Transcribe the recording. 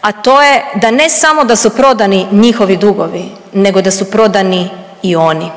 a to je da ne samo da su prodani njihovi dugovi nego da su prodani i oni.